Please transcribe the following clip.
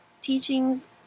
teachings